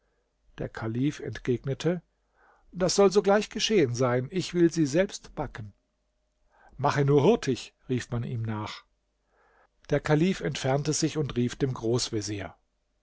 der kalif entgegnete das soll sogleich geschehen sein ich will sie selbst backen mache nur hurtig rief man ihm nach der kalif entfernte sich und rief dem